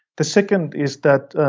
the second is that